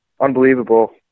unbelievable